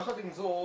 יחד עם זאת,